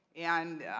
and